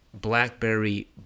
BlackBerry